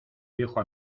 viejo